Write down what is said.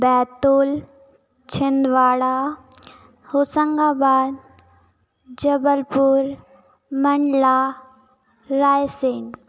Betul Chhindwara Hoshangabad Jabalpur Mandla rising